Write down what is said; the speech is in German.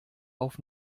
auf